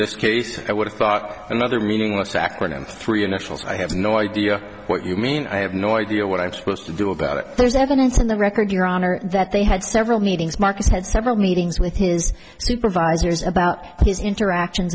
this case i would have thought another meaningless acronym three initials i have no idea what you mean i have no idea what i'm supposed to do about it there's evidence in the record your honor that they had several meetings marcus had several meetings with his supervisors about his interaction